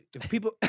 people